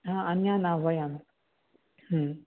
हा अन्यान् न आह्वयामि हु